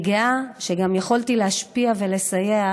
אני גאה שגם יכולתי להשפיע ולסייע,